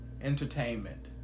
entertainment